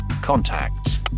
contacts